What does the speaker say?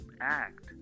act